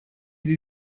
sie